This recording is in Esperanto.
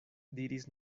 diris